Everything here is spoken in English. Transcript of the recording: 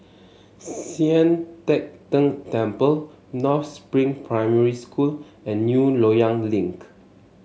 Sian Teck Tng Temple North Spring Primary School and New Loyang Link